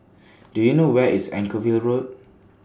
Do YOU know Where IS Anchorvale Road